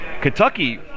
Kentucky